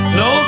no